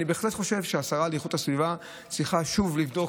אני בהחלט חושב שהשרה לאיכות הסביבה צריכה שוב לבדוק,